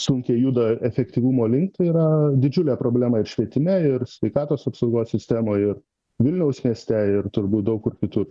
sunkiai juda efektyvumo link tai yra didžiulė problema ir švietime ir sveikatos apsaugos sistemoj ir vilniaus mieste ir turbūt daug kur kitur